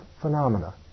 phenomena